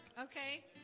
okay